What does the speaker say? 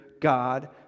God